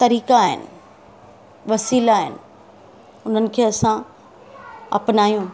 तरीक़ा आहिनि वसीला आहिनि उन्हनि खे असां अपनायूं